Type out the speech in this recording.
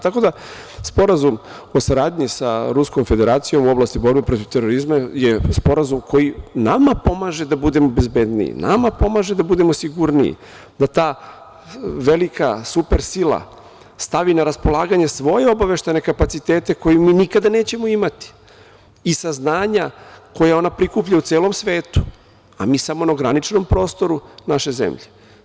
Tako da sporazum o saradnji sa Ruskom Federacijom u oblasti borbe protiv terorizma je sporazum koji nama pomaže da budemo bezbedniji, nama pomaže da budemo sigurniji, da velika super sila stavi na raspolaganje svoje obaveštajne kapacitete koje mi nikada nećemo imati i saznanja koja ona prikuplja u celom svetu, a mi samo na ograničenom prostoru naše zemlje.